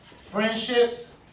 friendships